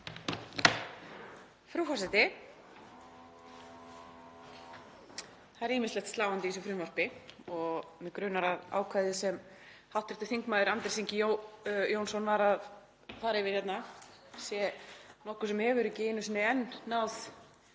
Frú forseti. Það er ýmislegt sláandi í þessu frumvarpi og mig grunar að ákvæðið sem hv. þm. Andrés Ingi Jónsson var að fara yfir hérna sé nokkuð sem hefur ekki einu sinni enn náð